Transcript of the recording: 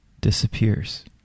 disappears